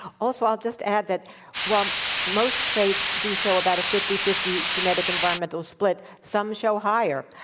also, i'll just add that while most traits do show about a fifty fifty genetic environmental split, some show higher.